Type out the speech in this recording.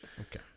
Okay